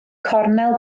cornel